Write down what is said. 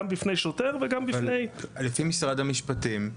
גם בפני שוטר וגם בפני- -- לפי משרד המשפטים,